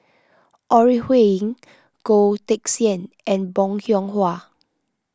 Ore Huiying Goh Teck Sian and Bong Hiong Hwa